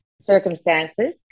circumstances